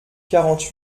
quarante